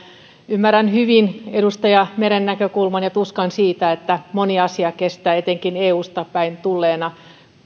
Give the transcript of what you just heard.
ymmärrän hyvin edustaja meren näkökulman ja tuskan siitä että monien asioiden edistäminen kestää etenkin eusta päin tulleena